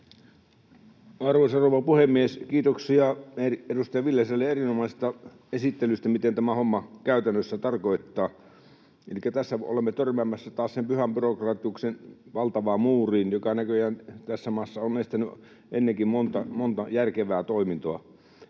Arvoisa rouva puhemies! Kiitoksia edustaja Viljaselle erinomaisesta esittelystä, mitä tämä homma käytännössä tarkoittaa. Elikkä tässä olemme törmäämässä taas sen Pyhän Byrokratiuksen valtavaan muuriin, joka näköjään tässä maassa on estänyt ennenkin monta järkevää toimintoa.